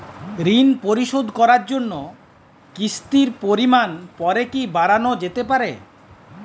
ঋন পরিশোধ করার জন্য কিসতির পরিমান পরে কি বারানো যেতে পারে?